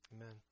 Amen